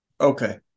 Okay